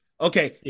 Okay